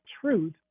truth